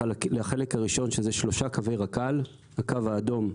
לחלק הראשון, שזה שלושה קווי רכ"ל, הקו האדום,